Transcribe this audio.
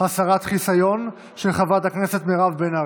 (הסרת חיסיון), של חברת הכנסת מירב בן ארי.